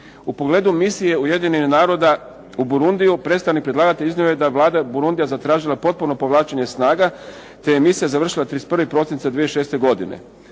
U pogledu misije Ujedinjenih naroda u Borundiju, predstavnik predlagatelja iznio je da vlada Borundija zatražila potpuno povlačenje snaga te je misija završila 31. prosinca 2006. godine.